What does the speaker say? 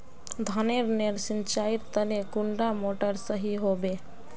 धानेर नेर सिंचाईर तने कुंडा मोटर सही होबे?